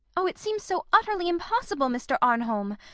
oh! it seems so utterly impossible, mr. arnholm.